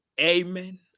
Amen